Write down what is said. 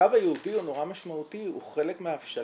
הקו הייעודי הוא נורא משמעותי, הוא חלק מההבשלה.